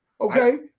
Okay